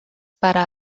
para